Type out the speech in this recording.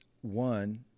One